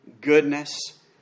goodness